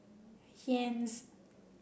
Heinz